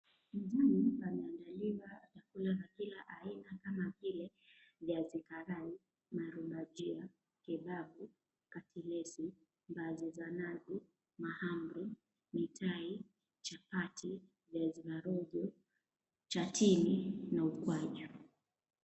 Mezani pameandaliwa vyakula vya kila aina kama vile viazi karai, waru bajia, kebabu, katilesi, mbaazi za nazi, mahamri, mitai, chapati, viazi vya rojo, chatini na ukwaju.